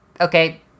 Okay